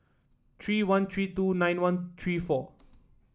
three one three two nine one three four